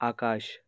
आकाश